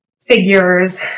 figures